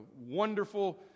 wonderful